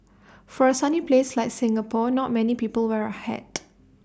for A sunny place like Singapore not many people wear A hat